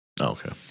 okay